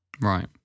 Right